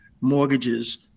mortgages